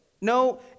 no